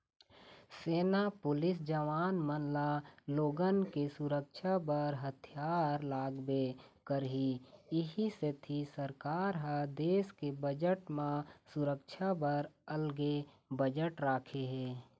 सेना, पुलिस जवान मन ल लोगन के सुरक्छा बर हथियार लागबे करही इहीं सेती सरकार ह देस के बजट म सुरक्छा बर अलगे बजट राखे हे